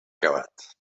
acabat